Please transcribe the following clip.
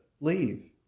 leave